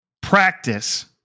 practice